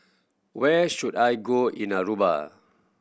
where should I go in Aruba